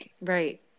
right